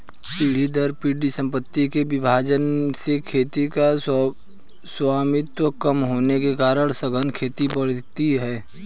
पीढ़ी दर पीढ़ी सम्पत्तियों के विभाजन से खेतों का स्वामित्व कम होने के कारण सघन खेती बढ़ी है